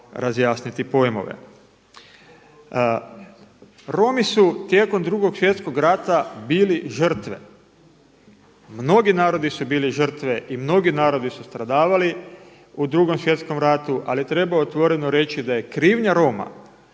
razjasniti pojmove. Romi su tijekom Drugog svjetskog rata bili žrtve. Mnogi narodi su bili žrtve i mnogi narodi su stradavali u Drugom svjetskom ratu, ali treba otvoreno reći da je krivnja Roma